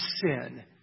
sin